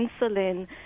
insulin